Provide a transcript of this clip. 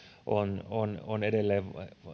on on edelleen